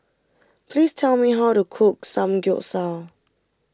please tell me how to cook Samgyeopsal